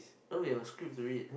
don't we have a script to read